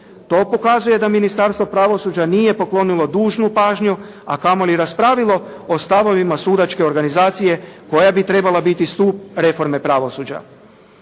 To pokazuje da Ministarstvo pravosuđa nije poklonilo dužnu pažnju, a kamoli raspravilo o stavovima sudačke organizacije koja bi trebala biti stup reforme pravosuđa.